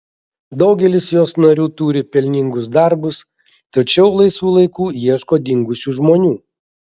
daugelis jos narių turi pelningus darbus tačiau laisvu laiku ieško dingusių žmonių